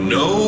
no